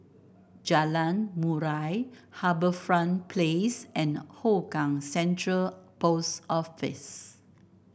Jalan Murai HarbourFront Place and Hougang Central Post Office